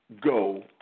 go